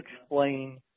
explain